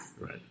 Right